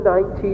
19